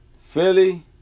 Philly